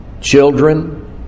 children